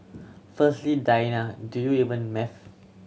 firstly Diana do you even maths